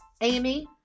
Amy